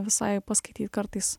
visai paskaityt kartais